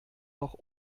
noch